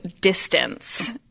distance